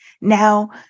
Now